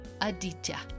Aditya